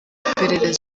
iperereza